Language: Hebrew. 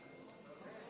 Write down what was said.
גברתי